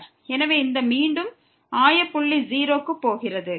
எனவே அது மீண்டும் ஆய புள்ளி 0 க்கு போகிறது